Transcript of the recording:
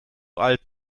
alt